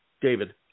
David